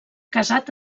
casat